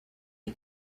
you